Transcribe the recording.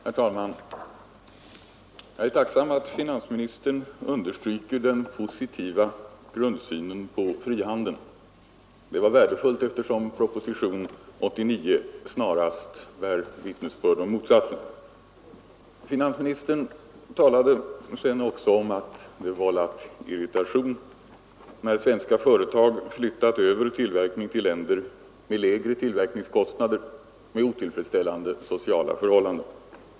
Herr talman! Jag är tacksam för att finansministern underströk den positiva grundsynen på frihandeln. Det var värdefullt, eftersom propositionen 89 snarast bär vittnesbörd om motsatsen. Finansministern talade också om att det vållat irritation, när svenska företag flyttat över tillverkning till länder med lägre tillverkningskostnader och med otillfredsställande sociala förhållanden.